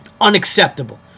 Unacceptable